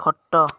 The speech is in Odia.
ଖଟ